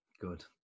Good